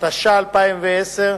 התש"ע 2010,